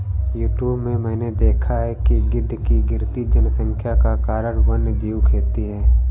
YouTube में मैंने देखा है कि गिद्ध की गिरती जनसंख्या का कारण वन्यजीव खेती है